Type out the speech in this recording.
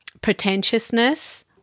pretentiousness